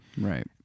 Right